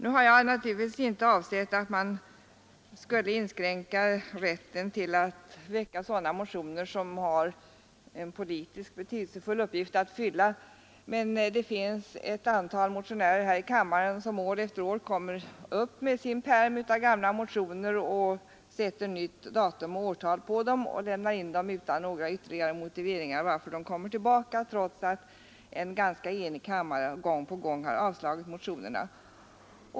Nu har jag naturligtvis inte avsett att man skall inskränka rätten att väcka sådana motioner som har en politiskt betydelsefull uppgift att fylla, men det finns ett antal motionärer här i kammaren som år efter år kommer upp med sin pärm av gamla motioner, sätter nytt datum och : Onsdagen den nytt årtal på dem och lämnar in dem utan några ytterligare motiveringar =& juni 1973 för att de kommer tillbaka, trots att en ganska enig kammare gång på S gång har avslagit motionerna.